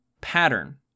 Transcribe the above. pattern